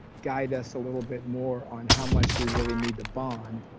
guide us a little bit more on how much we really need to bond,